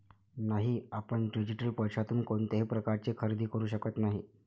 नाही, आपण डिजिटल पैशातून कोणत्याही प्रकारचे खरेदी करू शकत नाही